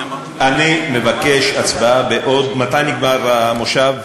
אני מבקש הצבעה בעוד, מתי נגמר המושב?